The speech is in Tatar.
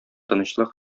тынычлык